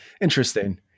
Interesting